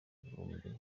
bihumbi